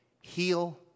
heal